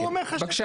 בבקשה.